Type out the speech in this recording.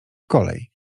kolej